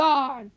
God